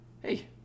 hey